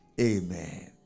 amen